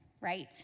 right